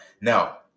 Now